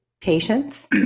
patients